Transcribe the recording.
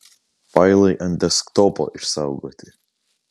failai ant desktopo išsaugoti